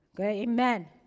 Amen